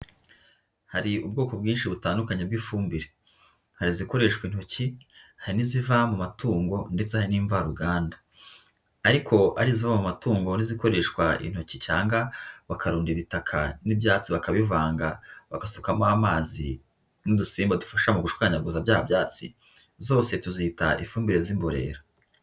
Hari ubwoko bwinshi butandukanye bw'ifumbire, hari izikoreshwa intoki, hari n'iziva mu matungo ndetse hari n'imvaruganda, ariko ari izo mu matungo n'izikoreshwa intoki cyangwa bakarunda ibitaka n'ibyatsi bakabivanga bagasukamo amazi n'udusimba dufasha mu gushwanyaguza bya byatsi, zose tuzita ifumbire z'imborera.